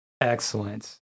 Excellent